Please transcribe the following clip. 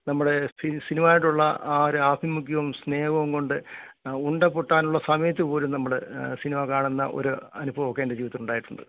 നമ്മടെ സിനിമയോടുള്ള ആ ഒരു ആഭിമുഖ്യവും സ്നേഹവും കൊണ്ട് ഉണ്ട പൊട്ടാനുള്ള സമയത്ത് പോലും നമ്മൾ സിനിമ കാണുന്ന ഒരു അനുഭവമൊക്കെ എൻ്റെ ജീവിതത്തിലുണ്ടായിട്ടുണ്ട്